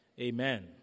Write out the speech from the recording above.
Amen